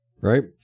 right